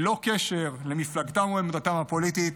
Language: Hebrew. ללא קשר למפלגתם או עמדתם הפוליטית,